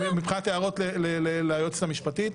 -- מבחינת הערות ליועצת המשפטית.